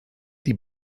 die